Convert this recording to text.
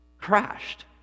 crashed